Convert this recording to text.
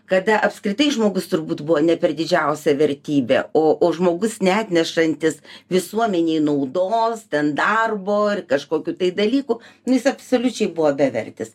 kada apskritai žmogus turbūt buvo ne per didžiausia vertybė o o žmogus neatnešantis visuomenei naudos ten darbo ir kažkokių tai dalykų jis absoliučiai buvo bevertis